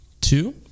Two